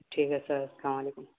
ٹھیک ہے سر السلام علیکم